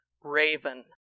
Raven